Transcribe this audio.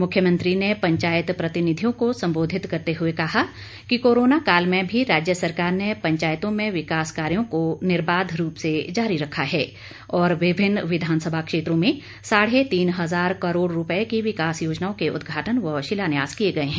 मुख्यमंत्री ने पंचायत प्रतिनिधियों को संबोधित करते हुए कहा कि कोरोना काल में भी राज्य सरकार ने पंचायतों में विकास कार्यो को निर्बाध रूप से जारी रखा है और विभिन्न विधानसभा क्षेत्रों में साढ़े तीन हजार करोड़ रूपए की विकास योजनाओं के उद्घाटन व शिलान्यास किए गए हैं